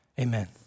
Amen